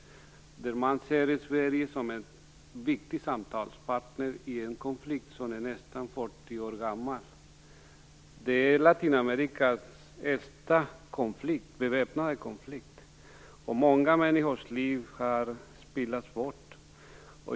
Man ser Sverige som en viktig samtalspartner i en konflikt som är nästan 40 år gammal. Detta är Latinamerikas äldsta beväpnade konflikt, och många människors liv har spillts bort.